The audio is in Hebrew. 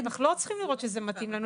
אנחנו לא צריכים לראות שזה מתאים לנו.